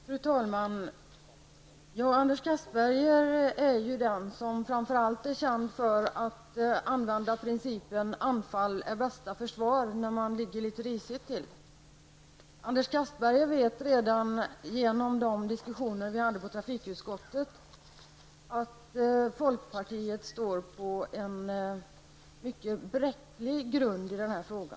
Fru talman! Anders Castberger är den som framför allt är känd för att använda principen anfall är bästa försvar när man ligger risigt till. Anders Castberger vet redan genom de diskussioner som vi har haft i trafikutskottet att folkpartiet liberalerna står på en mycket bräcklig grund i denna fråga.